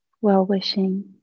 well-wishing